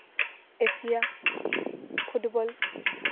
Asia football